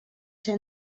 ser